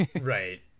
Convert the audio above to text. right